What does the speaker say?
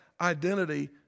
identity